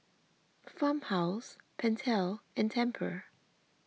Farmhouse Pentel and Tempur